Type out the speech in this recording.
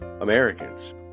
Americans